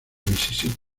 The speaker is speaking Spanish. mississippi